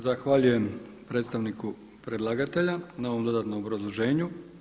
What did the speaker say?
Zahvaljujem predstavniku predlagatelja na ovom dodatnom obrazloženju.